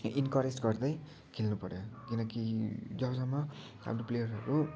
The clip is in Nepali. इन्करेज गर्दै खेल्न पऱ्यो किनकि जबसम्म आफ्नो प्लेयर्सहरूको